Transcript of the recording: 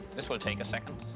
this will take a second.